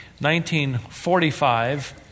1945